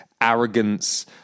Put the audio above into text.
arrogance